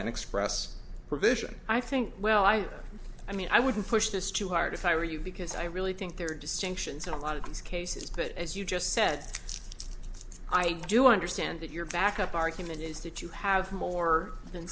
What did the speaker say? an express provision i think well i i mean i wouldn't push this too hard if i were you because i really think there are distinctions in a lot of these cases but as you just said i do understand that your backup argument is that you have more